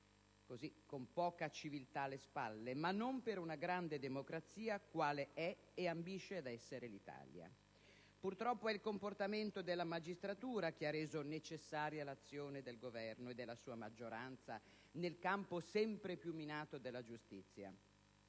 Paese con poca civiltà alle spalle, ma non per una grande democrazia quale è e ambisce ad essere l'Italia. Purtroppo, è il comportamento della magistratura che ha reso necessaria l'azione del Governo e della sua maggioranza nel campo sempre più minato della giustizia.